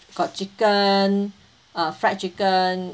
got chicken uh fried chicken